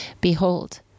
Behold